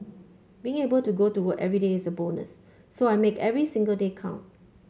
being able to go to work everyday is a bonus so I make every single day count